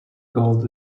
gold